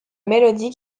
mélodie